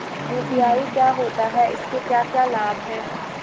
UPI क्या होता है इसके क्या क्या लाभ हैं?